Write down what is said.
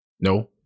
no